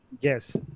Yes